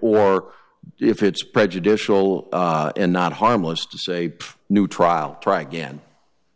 or if it's prejudicial and not harmless to say new trial try again